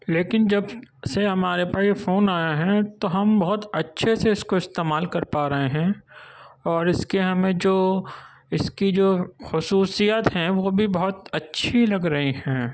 لیکن جب سے ہمارے پاس یہ فون آیا ہے تو ہم بہت اچھے سے اس کو استعمال کر پا رہے ہیں اور اس کے ہمیں جو اس کی جو خصوصیت ہیں وہ بھی بہت اچھی لگ رہی ہیں